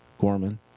Gorman